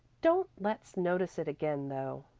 don't let's notice it again, though,